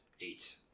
Eight